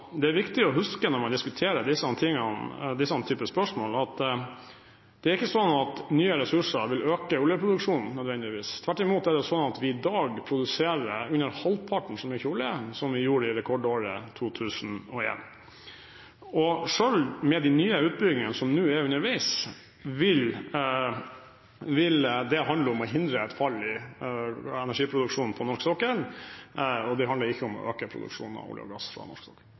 nye ressurser nødvendigvis vil øke oljeproduksjonen. Tvert imot er det sånn at vi i dag produserer under halvparten så mye olje som vi gjorde i rekordåret 2001. Selv med de nye utbyggingene som nå er underveis, vil det handle om å hindre et fall i energiproduksjonen på norsk sokkel. Det handler ikke om å øke produksjonen av olje og gass på norsk sokkel.